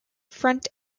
front